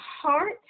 heart